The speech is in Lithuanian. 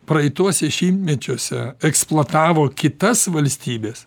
praeituose šimtmečiuose eksploatavo kitas valstybes